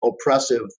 oppressive